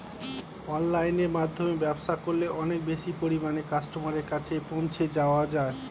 অনলাইনের মাধ্যমে ব্যবসা করলে অনেক বেশি পরিমাণে কাস্টমারের কাছে পৌঁছে যাওয়া যায়?